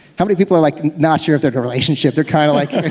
how many people are like not sure if they're in a relationship? they're kind of like.